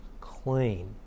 clean